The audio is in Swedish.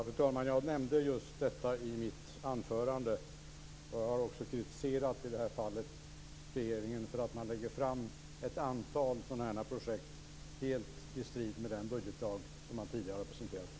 Fru talman! Jag nämnde just detta i mitt anförande, och jag har också kritiserat regeringen i det här fallet för att man lägger fram ett antal sådana här projekt helt i strid med den budgetlag som man tidigare har presenterat.